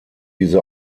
diese